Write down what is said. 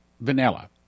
vanilla